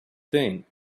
thing